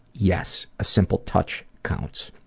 yes, a simple touch counts.